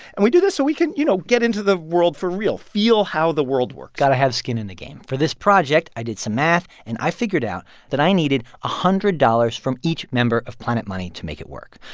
and we do this so we can, you know, get into the world for real, feel how the world works got to have skin in the game. for this project, i did some math and i figured out that i needed one ah hundred dollars from each member of planet money to make it work.